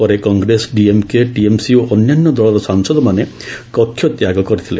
ପରେ କଂଗ୍ରେସ ଡିଏମ୍କେ ଟିଏମ୍ସି ଓ ଅନ୍ୟାନ୍ୟ ଦଳର ସାଂସଦମାନେ କକ୍ଷତ୍ୟାଗ କରିଥିଲେ